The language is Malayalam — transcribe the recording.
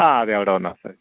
ആ അതെ അവിടെ വന്നാൽ മതി